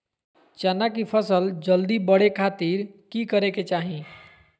चना की फसल जल्दी बड़े खातिर की करे के चाही?